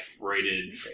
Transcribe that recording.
rated